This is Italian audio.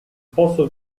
posto